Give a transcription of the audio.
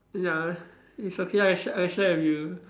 ya it's okay ah I sh~ I share with you